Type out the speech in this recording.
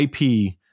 IP